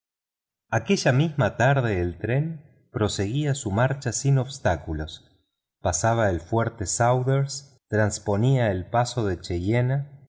aquella misma tarde el tren proseguía su marcha sin obstáculos pasaba el fuerte sanders trasponía el paso de cheyenvoy